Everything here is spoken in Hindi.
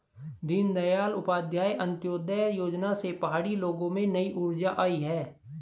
दीनदयाल उपाध्याय अंत्योदय योजना से पहाड़ी लोगों में नई ऊर्जा आई है